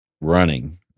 running